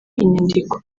inyandiko